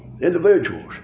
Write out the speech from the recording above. individuals